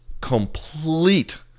complete